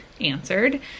answered